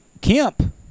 Kemp